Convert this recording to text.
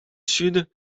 sud